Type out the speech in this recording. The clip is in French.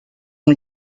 ont